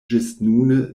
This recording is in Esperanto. ĝisnune